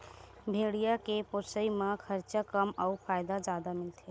भेड़िया के पोसई म खरचा कम अउ फायदा जादा मिलथे